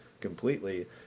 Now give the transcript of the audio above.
completely